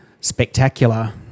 spectacular